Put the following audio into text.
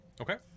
Okay